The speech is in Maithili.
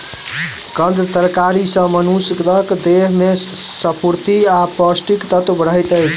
कंद तरकारी सॅ मनुषक देह में स्फूर्ति आ पौष्टिक तत्व रहैत अछि